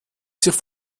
sich